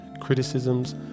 criticisms